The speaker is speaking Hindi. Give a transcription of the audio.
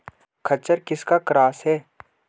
खच्चर किसका क्रास है?